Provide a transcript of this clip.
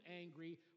angry